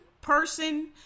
person